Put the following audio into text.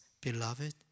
Beloved